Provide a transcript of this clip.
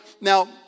now